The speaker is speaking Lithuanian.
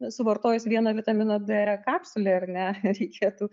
suvartojus vieną vitamino d kapsulę ar ne reikėtų